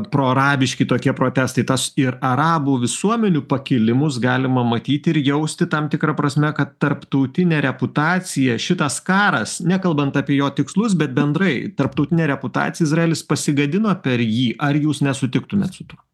proarabiški tokie protestai tas ir arabų visuomenių pakilimus galima matyti ir jausti tam tikra prasme kad tarptautinę reputaciją šitas karas nekalbant apie jo tikslus bet bendrai tarptautinę reputaciją izraelis pasigadino per jį ar jūs nesutiktumėt su tuo